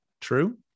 true